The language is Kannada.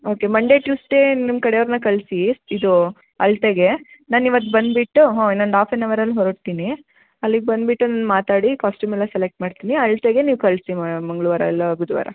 ಓಕೆ ಮಂಡೆ ಟ್ಯೂಸ್ಡೇ ನಿಮ್ಮ ಕಡೆಯವ್ರನ್ನು ಕಳಿಸಿ ಇದು ಅಳತೆಗೆ ನಾನು ಇವತ್ತು ಬಂದುಬಿಟ್ಟು ಹಾಂ ಇನ್ನೊಂದು ಹಾಫನ್ ಹವರಲ್ಲಿ ಹೊರಡ್ತೀನಿ ಅಲ್ಲಿಗೆ ಬಂದುಬಿಟ್ಟು ನಾನು ಮಾತಾಡಿ ಕಾಸ್ಟ್ಯೂಮ್ ಎಲ್ಲ ಸೆಲೆಕ್ಟ್ ಮಾಡ್ತೀನಿ ಅಳತೆಗೆ ನೀವು ಕಳಿಸಿ ಮಂಗ್ಳವಾರ ಇಲ್ಲ ಬುಧವಾರ